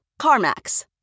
CarMax